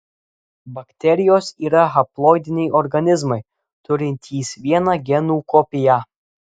bakterijos yra haploidiniai organizmai turintys vieną genų kopiją